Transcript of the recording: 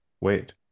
wait